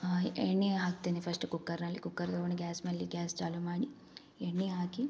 ಆ ಎಣ್ಣೆ ಹಾಕ್ತಿನಿ ಫಸ್ಟು ಕುಕ್ಕರ್ನಲ್ಲಿ ಕುಕ್ಕರ್ ತಗೊಂಡು ಗ್ಯಾಸ್ ಮೇಲೆ ಗ್ಯಾಸ್ ಚಾಲು ಮಾಡಿ ಎಣ್ಣೆ ಹಾಕಿ